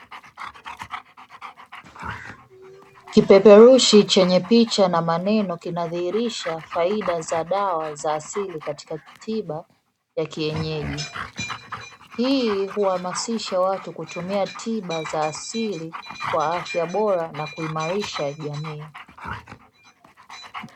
Kipeperushi chenye picha na maneno kinadhihirisha faida za dawa za asili katika tiba ya kienyeji; hii huhamasisha watu kutumia tiba za asili kwa afya bora na kuimarisha jamii.